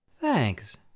Thanks